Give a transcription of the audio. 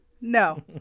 no